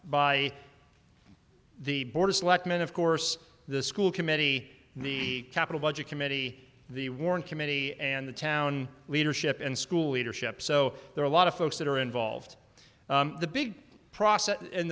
the board of selectmen of course the school committee the capital budget committee the warren committee and the town leadership and school leadership so there are a lot of folks that are involved in the big process